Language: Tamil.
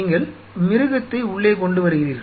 நீங்கள் மிருகத்தை உள்ளே கொண்டு வருகிறீர்கள்